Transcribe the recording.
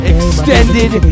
Extended